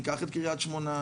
ניקח את קרית שמונה,